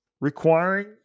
requiring